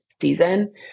season